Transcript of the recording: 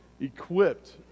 equipped